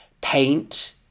paint